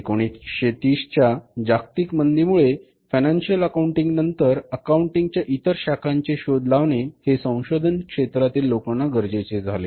1930 च्या जागतिक मंदीमुळे फायनान्शिअल अकाउंटिंग नंतर अकाउंटिंग च्या इतर शाखांचे शोध लावणे हे संशोधन क्षेत्रातील लोकांना गरजेचे झाले